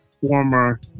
former